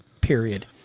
period